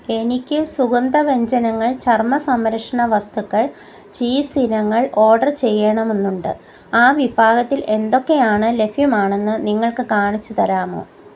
എനിക്ക് സുഗന്ധവ്യഞ്ജനങ്ങൾ ചർമ്മസംരക്ഷണ വസ്തുക്കൾ ചീസ് ഇനങ്ങൾ ഓർഡർ ചെയ്യണമെന്നുണ്ട് ആ വിഭാഗത്തിൽ എന്തൊക്കെയാണ് ലഭ്യമാണെന്ന് നിങ്ങൾക്ക് കാണിച്ചു തരാമോ